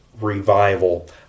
revival